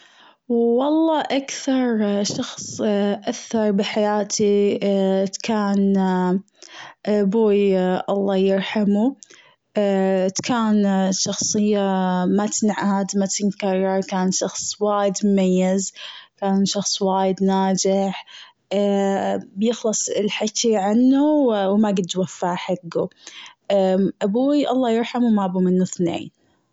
والله أكثر شخص أثر بحياتي كان أبوي الله يرحمه كان شخصية ما تسمع هاد ما تنكرر كان شخص وايد شخص مميز كان شخص وايد ناجح بيخلص الحكي عنه وما قد أوفيه حقه. أبوي الله يرحمه ما منه أثنين.